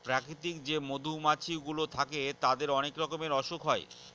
প্রাকৃতিক যে মধুমাছি গুলো থাকে তাদের অনেক রকমের অসুখ হয়